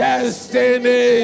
Destiny